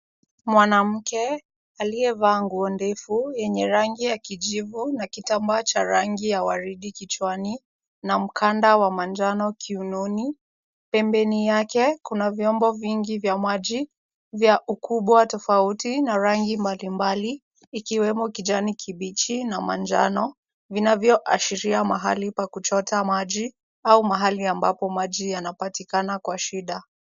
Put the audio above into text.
Mwanamke aliyevaa nguo ndefu yenye rangi ya kijivu na kitambaa cha rangi ya waridi kichwani na mkanda wa manjano kiunoni. Pembeni yake kuna vyombo vingi vya maji vya ukubwa tofauti na rangi mbalimbali ikiwemo kijani kibichi na manjano vinavyoashiria mahali pa kuchota maji au mahali ambapo maji yanapatikana kwa shida.